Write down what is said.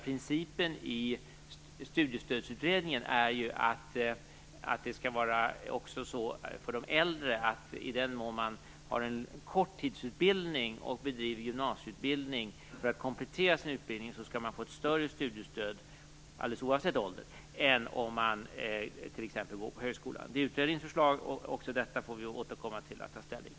Principen i Studiestödsutredningen är ju att det skall vara så också för de äldre. I den mån man har en korttidsutbildning och bedriver gymnasieutbildning för att komplettera sin utbildning skall man få ett större studiestöd, alldeles oavsett ålder, än om man t.ex. går på högskolan. Det är utredningens förslag. Också detta får vi återkomma till för att ta ställning.